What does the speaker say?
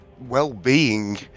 well-being